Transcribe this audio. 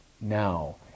Now